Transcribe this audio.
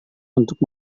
untuk